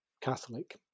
Catholic